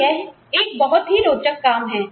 तो यह एक बहुत ही रोचक काम है